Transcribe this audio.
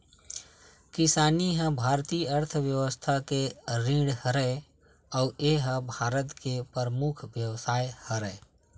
किसानी ह भारतीय अर्थबेवस्था के रीढ़ हरय अउ ए ह भारत के परमुख बेवसाय हरय